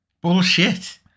Bullshit